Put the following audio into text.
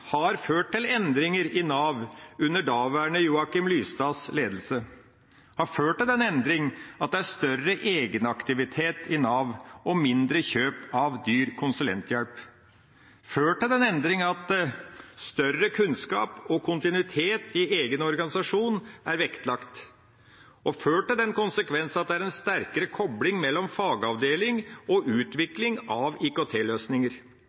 har ført til endringer i Nav under daværende Joakim Lystads ledelse – har ført til den endring at det er større egenaktivitet i Nav og mindre kjøp av dyr konsulenthjelp, har ført til den endring at større kunnskap og kontinuitet i egen organisasjon er vektlagt, og har ført til den konsekvens at det er en sterkere kobling mellom fagavdeling og utvikling av